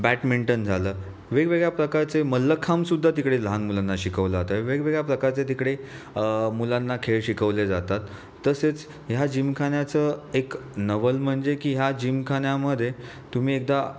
badminton झालं वेगवेगळ्या प्रकारचे मल्लखांबसुद्धा तिकडे लहान मुलांना शिकवलं जातं वेगवेगळ्या प्रकारचे तिकडे मुलांना खेळ शिकवले जातात तसेच या जिमखान्याचं एक नवल म्हणजे की या जिमखान्यामध्ये तुम्ही एकदा